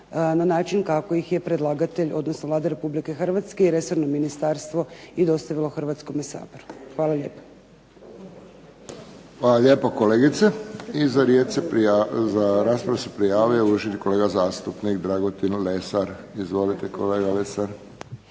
na način kako ih je predlagatelj odnosno Vlada Republike Hrvatske i resorno ministarstvo i dostavilo Hrvatskome saboru. Hvala lijepa. **Friščić, Josip (HSS)** Hvala lijepo, kolegice. Za raspravu se prijavio uvaženi kolega zastupnik Dragutin Lesar. Izvolite, kolega Lesar.